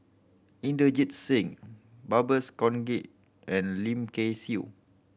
Inderjit Singh Babes Conde and Lim Kay Siu